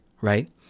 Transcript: right